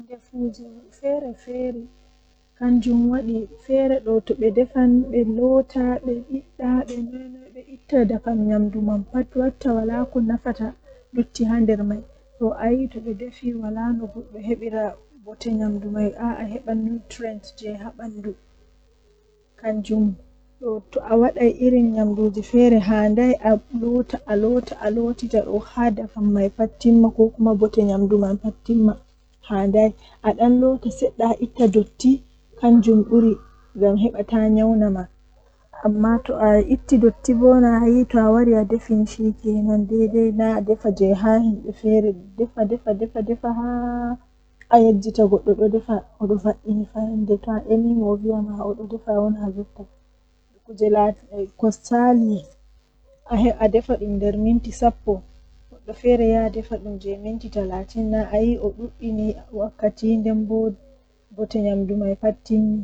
Mi heban ndiyam burdi be omo mi nasta mi vuuwa bawo vuuwi mi wadda ndiyam mi loota dum laata laabi masin.